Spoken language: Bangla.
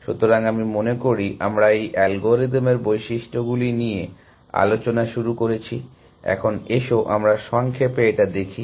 সুতরাং আমি মনে করি আমরা এই অ্যালগরিদমের বৈশিষ্ট্যগুলি নিয়ে আলোচনা শুরু করেছি এখন এসো আমরা সংক্ষেপে এটা দেখি